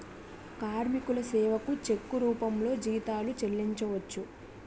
కార్మికుల సేవకు చెక్కు రూపంలో జీతాలు చెల్లించవచ్చు